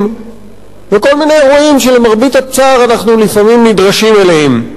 וכל מיני אירועים שלמרבה הצער אנחנו לפעמים נדרשים אליהם.